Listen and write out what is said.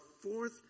fourth